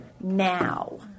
Now